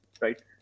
right